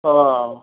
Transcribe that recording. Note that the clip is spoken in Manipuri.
ꯑꯥ